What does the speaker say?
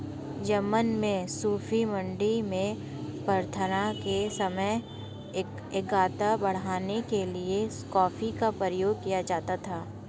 Yemen में सूफी मठों में प्रार्थना के समय एकाग्रता बढ़ाने के लिए कॉफी का प्रयोग किया जाता था